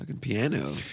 piano